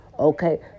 Okay